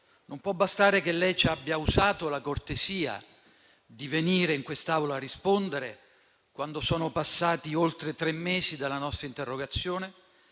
e vivo, che lei ci abbia usato la cortesia di venire in quest'Aula a rispondere, quando sono passati oltre tre mesi dalla nostra interrogazione,